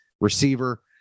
receiver